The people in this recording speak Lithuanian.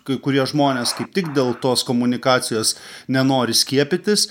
kai kurie žmonės kaip tik dėl tos komunikacijos nenori skiepytis